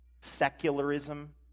secularism